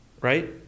right